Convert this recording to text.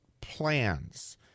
plans